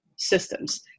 systems